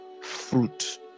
fruit